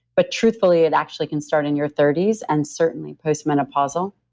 but truthfully, it actually can start in your thirty s and certainly postmenopausal,